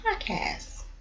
podcast